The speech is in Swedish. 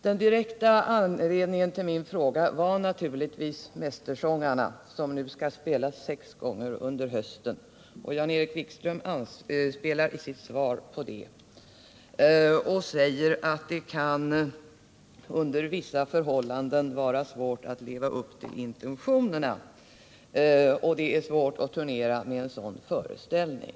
Den direkta anledningen till min fråga var naturligtvis Mästersångarna, Fredagen den i sitt svar på detta och säger att det under vissa förhållanden kan vara 28 oktober 1977 svårt att leva upp till intentionerna och att det är svårt att turnera med en sådan föreställning.